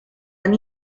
han